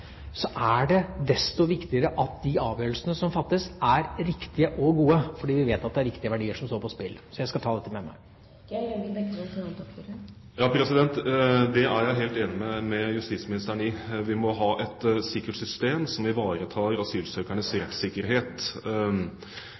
er det desto viktigere at de avgjørelsene som fattes, er riktige og gode, fordi vi vet at det er viktige verdier som står på spill. Så jeg skal ta dette med meg. Det er jeg helt enig med justisministeren i. Vi må ha et sikkert system som ivaretar asylsøkernes